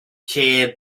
chair